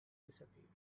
disappeared